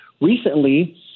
recently